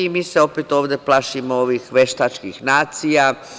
Mi se opet ovde plašimo ovih veštačkih nacija.